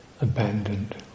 abandoned